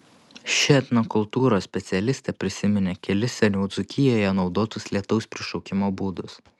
ši etnokultūros specialistė prisiminė kelis seniau dzūkijoje naudotus lietaus prišaukimo būdus